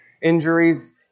injuries